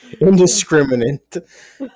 Indiscriminate